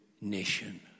nation